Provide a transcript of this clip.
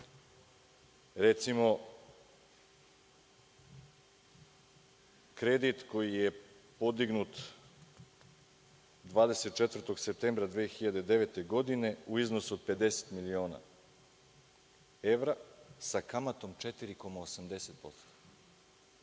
pazite: kredit koji je podignut 24. septembra 2009. godine u iznosu od 50 miliona evra sa kamatom 4,80%;